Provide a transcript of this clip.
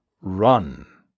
run